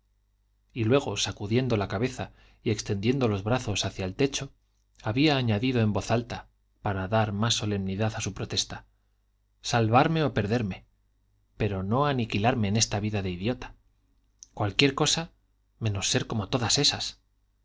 y luego sacudiendo la cabeza y extendiendo los brazos hacia el techo había añadido en voz alta para dar más solemnidad a su protesta salvarme o perderme pero no aniquilarme en esta vida de idiota cualquier cosa menos ser como todas esas